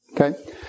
Okay